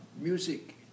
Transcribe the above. music